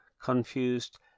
Confused